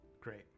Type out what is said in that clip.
great